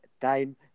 time